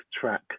track